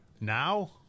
Now